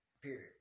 Period